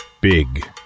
Big